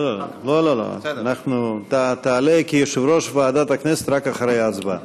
אתה תעלה כיושב-ראש ועדת הכנסת, רק אחרי ההצבעה.